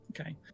Okay